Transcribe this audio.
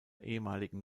ehemaligen